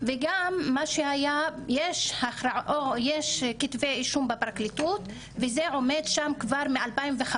וגם מה שהיה יש כתבי אישום בפרקליטות וזה עומד שם כבר מ-2015,